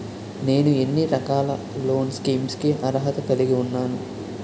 నేను ఎన్ని రకాల లోన్ స్కీమ్స్ కి అర్హత కలిగి ఉన్నాను?